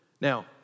Now